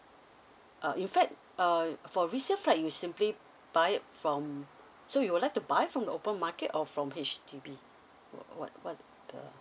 uh in fact uh for resale flat you simply buy it from so you would like to buy from the open market or from H_D_B what what uh